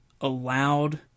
allowed